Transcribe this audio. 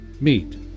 Meet